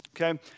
Okay